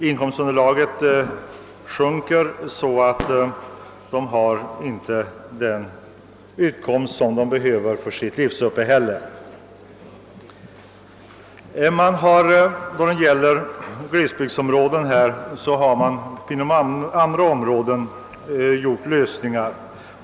Inkomstunderlaget minskar så att de inte har möjlighet att få den utkomst de behöver för sitt livsuppehälle. Då det gäller andra glesbygdsproblem har lösningar åstadkommits.